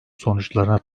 sonuçlarına